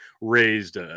raised